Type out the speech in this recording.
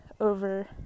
over